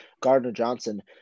Gardner-Johnson